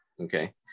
okay